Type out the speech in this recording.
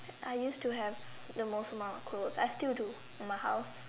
I used to have the most amount of clothes I still do in my house